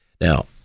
Now